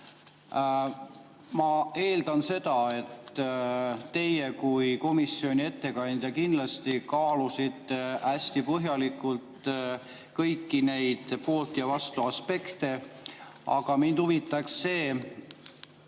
Ma eeldan seda, et teie kui komisjoni ettekandja kindlasti kaalusite hästi põhjalikult kõiki neid poolt‑ ja vastuaspekte. Aga mind huvitaks,